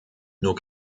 nur